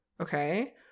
okay